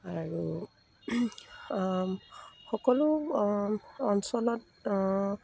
আৰু সকলো অঞ্চলত